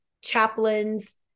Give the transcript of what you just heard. chaplains